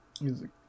music